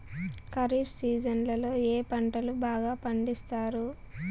ఖరీఫ్ సీజన్లలో ఏ పంటలు బాగా పండిస్తారు